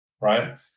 right